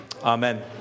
Amen